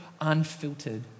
unfiltered